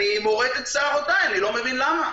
אני מורט את שערותיי, אני לא מבין למה.